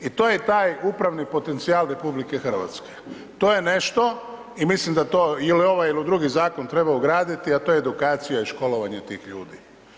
I to je taj upravni potencijal RH, to je nešto i mislim da to il u ovaj il u drugi zakon treba ugraditi, a to je edukacija i školovanje tih ljudi.